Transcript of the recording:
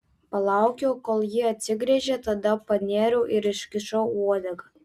palaukiau kol ji atsigręžė tada panėriau ir iškišau uodegą